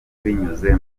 binyuze